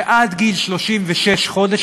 שעד גיל 36 חודש,